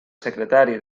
secretari